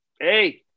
Hey